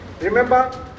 remember